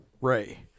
ray